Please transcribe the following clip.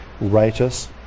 righteous